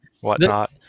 whatnot